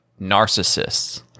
narcissists